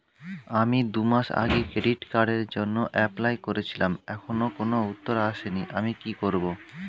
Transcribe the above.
আমি দুমাস আগে ক্রেডিট কার্ডের জন্যে এপ্লাই করেছিলাম এখনো কোনো উত্তর আসেনি আমি কি করব?